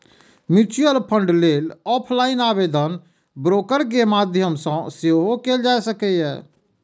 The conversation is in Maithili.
म्यूचुअल फंड लेल ऑफलाइन आवेदन ब्रोकर के माध्यम सं सेहो कैल जा सकैए